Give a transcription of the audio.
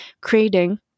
creating